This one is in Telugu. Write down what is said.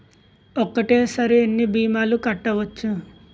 ఒక్కటేసరి ఎన్ని భీమాలు కట్టవచ్చు?